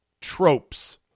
tropes